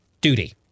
duty